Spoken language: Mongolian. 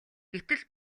гэтэл